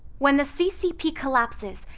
when the ccp collapses,